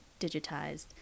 digitized